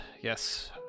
Yes